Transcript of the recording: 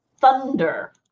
thunder